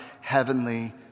heavenly